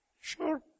sure